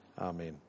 Amen